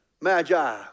Magi